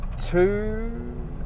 two